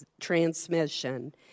transmission